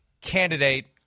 candidate